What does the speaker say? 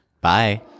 Bye